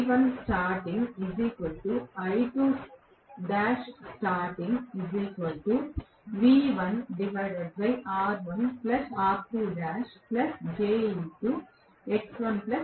అది ప్రారంభ కరెంట్